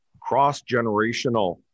cross-generational